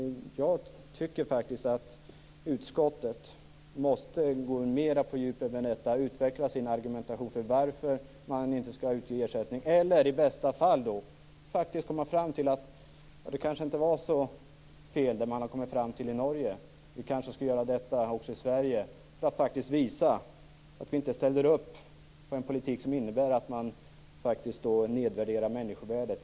Jag tycker faktiskt att utskottet måste gå mer på djupet med detta och utveckla sin argumentation för varför man inte skall utge ersättning eller, i bästa fall, faktiskt komma fram till att det som man har kommit fram till i Norge kanske inte är så fel, att vi kanske borde göra likadant här i Sverige för att visa att vi inte ställer upp på en politik som innebär att man nedvärderar människovärdet.